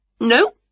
No